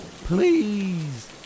please